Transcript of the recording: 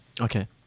Okay